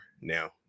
now